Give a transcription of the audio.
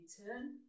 return